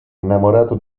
innamorato